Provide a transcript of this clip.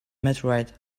meteorite